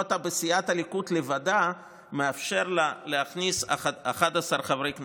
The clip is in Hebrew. פה אתה בסיעת הליכוד לבדה מאפשר לה להכניס 11 חברי כנסת.